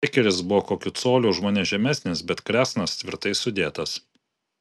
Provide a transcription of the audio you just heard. bekeris buvo kokiu coliu už mane žemesnis bet kresnas tvirtai sudėtas